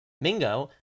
Mingo